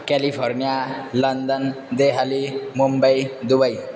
California London Delhi Mumbai Dubai